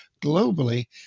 globally